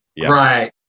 right